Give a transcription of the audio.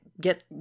Get